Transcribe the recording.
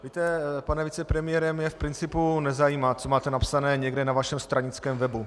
Víte, pane vicepremiére, mě v principu nezajímá, co máte napsané někde na vašem stranickém webu.